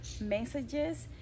messages